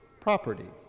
property